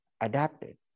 adapted